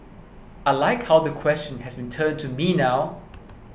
I like how the question has been turned to me now